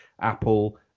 Apple